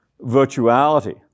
virtuality